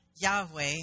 Yahweh